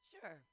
Sure